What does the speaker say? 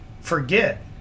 forget